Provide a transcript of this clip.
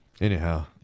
Anyhow